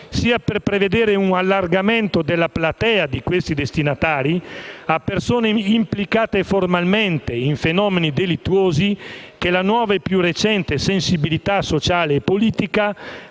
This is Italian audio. sia per prevedere un allargamento della platea di questi destinatari a persone implicate formalmente in fenomeni delittuosi, che la nuova e più recente sensibilità sociale e politica